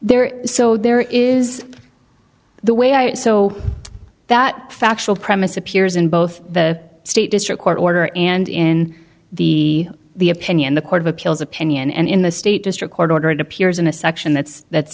there is so there is the way it so that factual premise appears in both the state district court order and in the the opinion the court of appeals opinion and in the state district court order it appears in a section that's that's